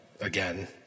again